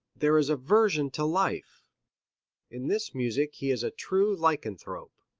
there is aversion to life in this music he is a true lycanthrope.